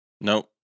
Nope